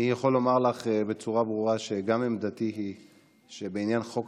אני יכול לומר לך בצורה ברורה שגם עמדתי היא שבעניין חוק